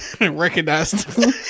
recognized